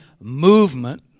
movement